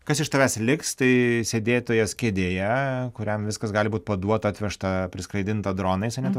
kas iš tavęs liks tai sėdėtojas kėdėje kuriam viskas gali būt paduota atvežta priskraidinta dronais ane tu